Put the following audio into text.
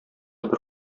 бер